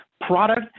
product